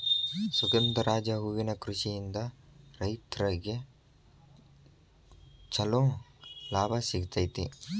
ಸುಗಂಧರಾಜ ಹೂವಿನ ಕೃಷಿಯಿಂದ ರೈತ್ರಗೆ ಚಂಲೋ ಲಾಭ ಸಿಗತೈತಿ